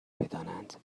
بدانند